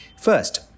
First